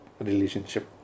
relationship